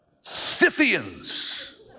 Scythians